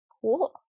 Cool